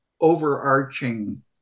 overarching